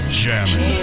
jamming